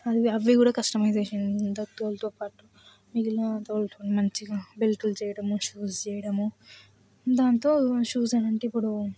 అది అవి కూడా కస్టమైజేషన్తో తోలుతో పాటు మిగిలిన తోలుతోని మంచిగా బెల్ట్లు చేయటము షూస్ చేయడము దాంతో షూస్ అంటే ఇప్పుడు